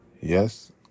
yes